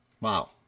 wow